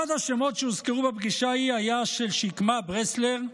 אחד השמות שהוזכרו בפגישה ההיא היה של שקמה ברסלר,